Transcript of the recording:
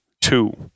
two